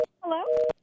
Hello